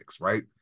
right